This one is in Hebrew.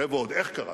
זה ועוד איך קראתם,